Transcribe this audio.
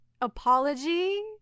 apology